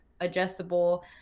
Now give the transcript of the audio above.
adjustable